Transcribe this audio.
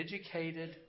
educated